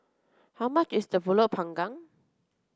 how much is Pulut panggang